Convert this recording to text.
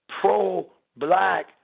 pro-black